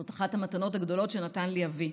זאת אחת המתנות הגדולות שנתן לי אבי.